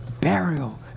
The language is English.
burial